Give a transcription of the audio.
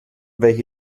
welche